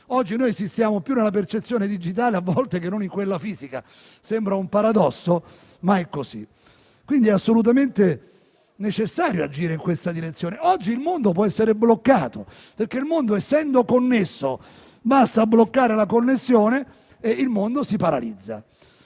Oggi, a volte, esistiamo più nella percezione digitale che non in quella fisica. Sembra un paradosso, ma è così; quindi, è assolutamente necessario agire in questa direzione. Oggi il mondo può essere bloccato, perché, essendo connesso, basta bloccare la connessione per paralizzarlo.